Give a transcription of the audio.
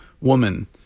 woman